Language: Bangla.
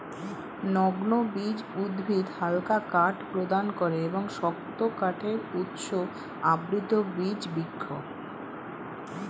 নগ্নবীজ উদ্ভিদ হালকা কাঠ প্রদান করে এবং শক্ত কাঠের উৎস আবৃতবীজ বৃক্ষ